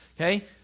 okay